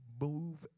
move